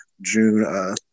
June